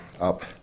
up